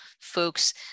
folks